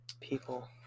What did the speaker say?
people